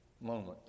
moment